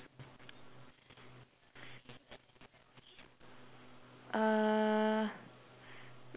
err